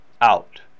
out